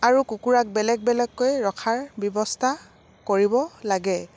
আৰু কুকুৰাক বেলেগ বেলেগকৈ ৰখাৰ ব্যৱস্থা কৰিব লাগে